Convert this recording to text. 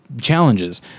challenges